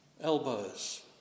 Elbows